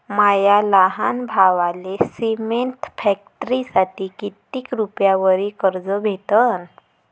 माया लहान भावाले सिमेंट फॅक्टरीसाठी कितीक रुपयावरी कर्ज भेटनं?